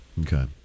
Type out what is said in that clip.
okay